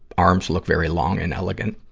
arms look very long and elegant.